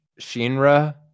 Shinra